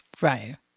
Right